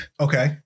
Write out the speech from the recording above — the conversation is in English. Okay